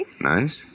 Nice